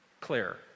clear